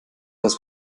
dass